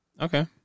Okay